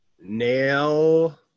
nail